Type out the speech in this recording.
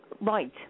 right